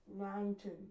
Mountain